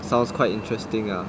sounds quite interesting ah